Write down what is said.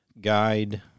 guide